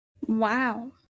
Wow